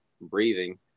breathing